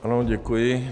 Ano, děkuji.